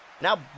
Now